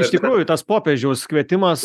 iš tikrųjų tas popiežiaus kvietimas